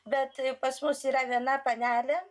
bet pas mus yra viena panelė